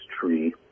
tree